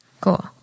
Cool